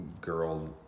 Girl